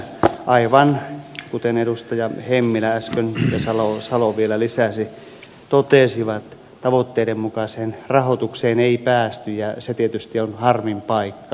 aivan kuten äsken edustajat hemmilä ja mauri salo totesivat tavoitteiden mukaiseen rahoitukseen ei päästy ja se tietysti on harmin paikka